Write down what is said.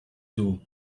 too